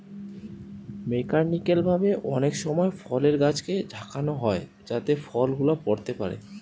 mechanical ভাবে অনেক সময় ফলের গাছকে ঝাঁকানো হয় যাতে ফল গুলা পড়তে পারে